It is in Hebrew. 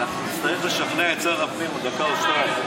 נצטרך לשכנע את שר הפנים עוד דקה או שתיים.